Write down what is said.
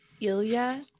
Ilya